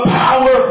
power